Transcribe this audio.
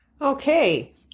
Okay